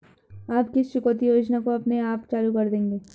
आप किस चुकौती योजना को अपने आप चालू कर देंगे?